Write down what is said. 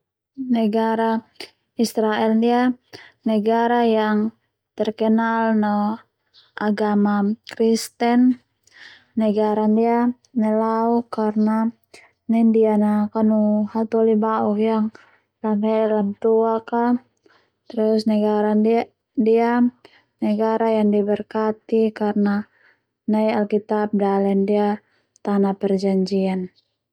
Negara Israel ndia negara yang terkenal no agama Kristen negara ndia nelauk karna nai ndia a kanu hatoli bauk yang lamhele Lamatuak a terus negara ndia negara yang diberkati karna nai alkitab dale ndia tanah perjanjian.